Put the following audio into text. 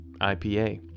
IPA